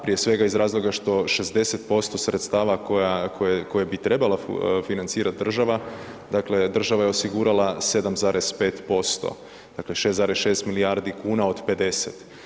Prije svega iz razloga što 60% sredstava koje bi trebala financirati država, dakle, država je osigurala 7,5%, dakle 6,6 milijardi kuna od 50.